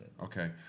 Okay